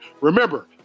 Remember